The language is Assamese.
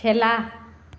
খেলা